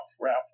Ralph